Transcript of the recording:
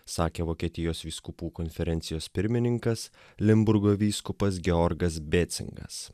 sakė vokietijos vyskupų konferencijos pirmininkas limburgo vyskupas georgas bėcingas